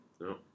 No